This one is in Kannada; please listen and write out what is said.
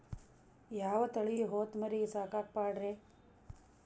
ಯಾವ ತಳಿ ಹೊತಮರಿ ಸಾಕಾಕ ಪಾಡ್ರೇ?